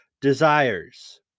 desires